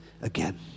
again